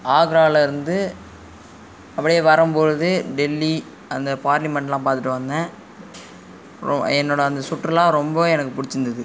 ஆக்ராலேருந்து அப்படியே வரும்பொழுது டெல்லி அந்த பார்லிமெண்ட்லாம் பார்த்துட்டு வந்தேன் அப்புறம் என்னோடய அந்த சுற்றுலா ரொம்ப எனக்கு பிடிச்சிருந்தது